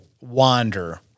wander